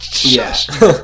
Yes